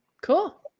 Cool